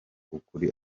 ukuri